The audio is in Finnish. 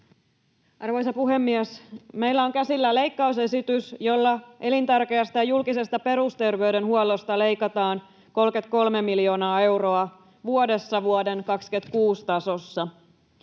Arvoisa puhemies! Meillä on käsillä leikkausesitys, jolla elintärkeästä julkisesta perusterveydenhuollosta leikataan 33 miljoonaa euroa vuodessa vuoden 26 tasossa.